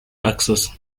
access